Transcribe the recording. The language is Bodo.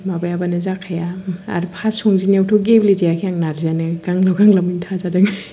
माबायाबानो जाखाया आरो फार्स्ट संजेननायावथ' गेब्लेजायाखै आं नारजियानो गांलाब गांलाबैनो थाजादों